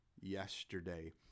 yesterday